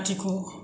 लाथिख'